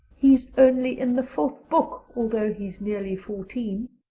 he's only in the fourth book although he's nearly fourteen.